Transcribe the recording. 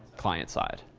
client side.